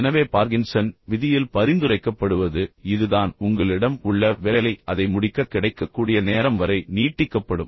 எனவே பார்கின்சன் விதியில் பரிந்துரைக்கப்படுவது இதுதான் உங்களிடம் உள்ள வேலை அதை முடிக்க கிடைக்கக்கூடிய நேரம் வரை நீட்டிக்கப்படும்